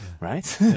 right